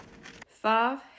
Five